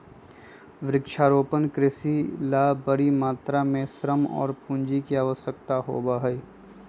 वृक्षारोपण कृषि ला बड़ी मात्रा में श्रम और पूंजी के आवश्यकता होबा हई